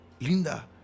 Linda